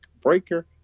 Breaker